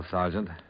Sergeant